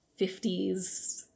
50s